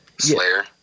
Slayer